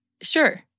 Sure